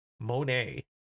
Monet